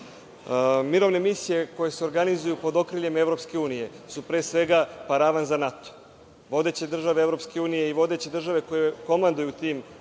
misije koje se organizuju pod okriljem EU su pre svega paravan za NATO. Vodeće države EU i vodeće države koje komanduju tim